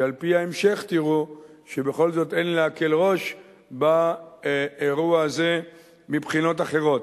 שעל-פי ההמשך תראו שבכל זאת אין להקל ראש באירוע הזה מבחינות אחרות.